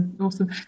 Awesome